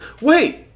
Wait